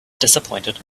disappointed